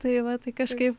tai va tai kažkaip